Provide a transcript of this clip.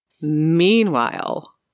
Meanwhile